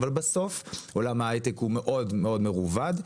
אבל בסוף עולם ההיי-טק הוא מאוד מרובד,